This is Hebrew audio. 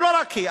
ולא רק היא,